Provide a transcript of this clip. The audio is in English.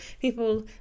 people